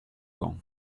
camp